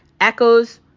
Echoes